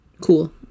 cool